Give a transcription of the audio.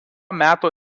meto